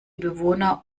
bewohner